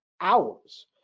hours